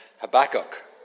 Habakkuk